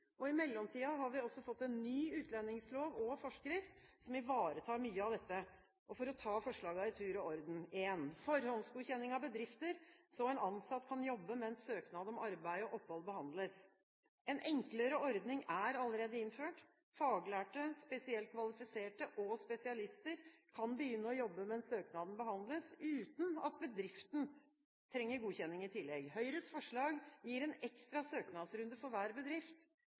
I mellomtiden har vi fått en ny utlendingslov og -forskrift, som ivaretar mye av dette. Jeg vil ta for meg forslagene i tur og orden. forhåndsgodkjenning av bedrifter, slik at en ansatt kan jobbe mens søknad om arbeid og opphold behandles: En enklere ordning er allerede innført. Faglærte, spesielt kvalifiserte og spesialister kan begynne å jobbe mens søknaden behandles, uten at bedriften trenger godkjenning i tillegg. Høyres forslag gir en ekstra søknadsrunde for hver bedrift.